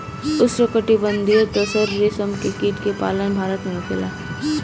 उष्णकटिबंधीय तसर रेशम के कीट के पालन भारत में होखेला